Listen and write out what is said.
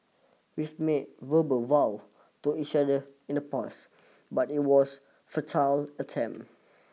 we made verbal vow to each other in the past but it was futile attempt